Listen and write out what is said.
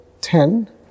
ten